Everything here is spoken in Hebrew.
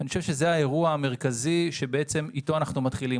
אני חושב שזה האירוע המרכזי שאיתו אנחנו מתחילים,